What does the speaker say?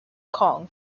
kong